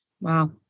Wow